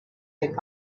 could